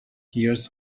years